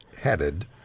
headed